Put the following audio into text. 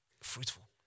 fruitful